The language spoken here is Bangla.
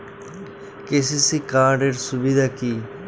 কে.সি.সি কার্ড এর সুবিধা কি?